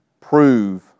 prove